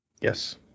Yes